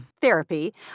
therapy